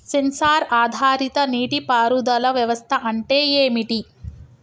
Censor ఆధారిత నీటి పారుదల వ్యవస్థ అంటే ఏమిటి?